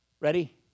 Ready